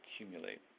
accumulate